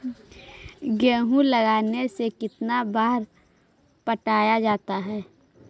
गेहूं लगने से कितना बार पटाया जाता है?